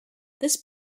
this